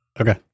Okay